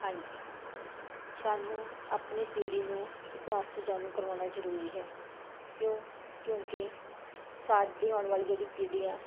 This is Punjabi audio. ਹਾਂਜੀ ਸਾਨੂੰ ਆਪਣੀ ਪੀੜ੍ਹੀ ਨੂੰ ਇਤਿਹਾਸ ਤੋਂ ਜਾਣੂ ਕਰਵਾਉਣਾ ਜ਼ਰੂਰੀ ਹੈ ਕਿਉਂ ਕਿਉਂਕਿ ਸਾਡੀ ਆਉਣ ਵਾਲੀ ਜਿਹੜੀ ਪੀੜ੍ਹੀ ਆ